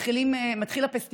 עוד ארבעה נורבגים, או להצבעה?